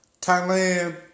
Thailand